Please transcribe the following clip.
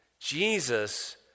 Jesus